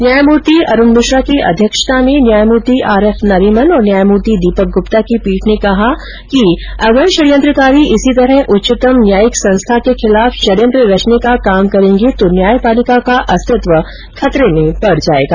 न्यायमूर्ति अरुण मिश्रा की अध्यक्षता में न्यायमूर्ति आर एफ नरीमन और न्यायमूर्ति दीपक ग्रप्ता की पीठ ने कहा कि अगर षड्यंत्रकारी इसी तरह उच्चतम न्यायिक संस्था के खिलाफ षड्यंत्र रचने का काम करेंगे तो न्यायपालिका का अस्तित्व खतरे में पड़ जाएगा